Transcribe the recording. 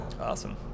Awesome